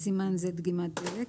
(בסימן זה, דגימת דלק).